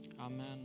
Amen